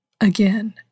Again